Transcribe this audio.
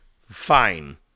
fine